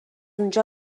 اونجا